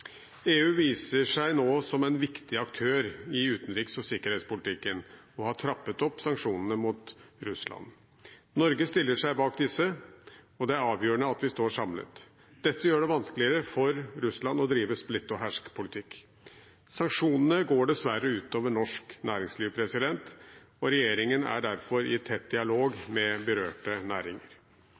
EU viser seg nå som en viktig aktør i utenriks- og sikkerhetspolitikken, og man har trappet opp sanksjonene mot Russland. Norge stiller seg bak disse, og det er avgjørende at vi står samlet. Dette gjør det vanskeligere for Russland å drive splitt-og-hersk-politikk. Sanksjonene går dessverre ut over norsk næringsliv, og regjeringen er derfor i tett dialog med berørte næringer.